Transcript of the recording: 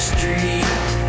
Street